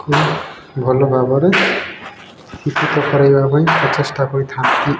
ଭଲ ଭାବରେ ଶିକ୍ଷିତ କରାଇବା ପାଇଁ ପ୍ରଚେଷ୍ଟା କରିଥାନ୍ତି